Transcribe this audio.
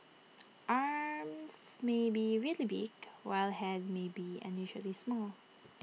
arms may be really big while Head may be unusually small